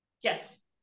yes